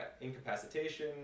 incapacitation